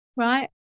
Right